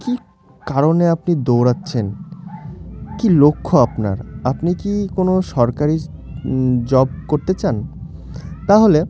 কী কারণে আপনি দৌড়াচ্ছেন কী লক্ষ্য আপনার আপনি কি কোনো সরকারি জব করতে চান তাহলে